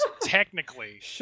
technically